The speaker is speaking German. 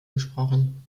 gesprochen